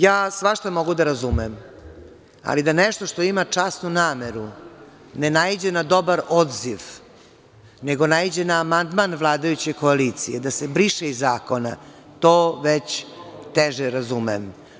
Ja svašta mogu da razumem, ali da nešto što ima časnu nameru ne naiđe na dobar odziv, nego naiđe na amandman vladajuće koalicije da se briše iz zakona, to već teže razumem.